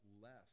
less